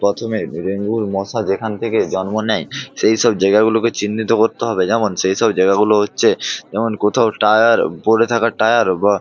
প্রথমে ডেঙ্গুর মশা যেখান থেকে জন্ম নেয় সেই সব জায়গাগুলোকে চিহ্নিত করতে হবে যেমন সেই সব জায়গাগুলো হচ্ছে যেমন কোথাও টায়ার পড়ে থাকা টায়ার বা